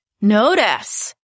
notice